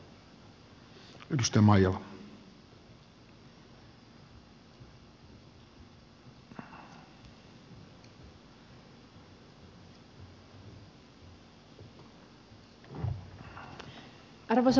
arvoisa puhemies